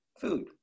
food